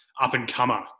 up-and-comer